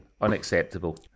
Unacceptable